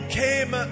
came